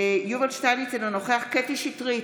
יובל שטייניץ, אינו נוכח קטי קטרין שטרית,